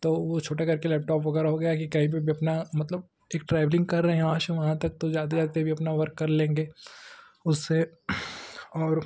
तो वो छोटा करके लेपटॉप वगैरह हो गया है कि कहीं पर भी अपना मतलब इक ट्रैवलिंग कर रहे हैं वहाँ शे वहाँ तक तो जाते जाते भी अपना वर्क कर लेंगे उससे और